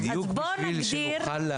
בדיוק בשביל שנוכל להבין.